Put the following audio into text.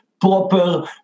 proper